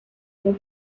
rond